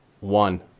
One